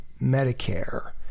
Medicare